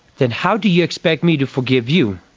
then how do you expect me to forgive you?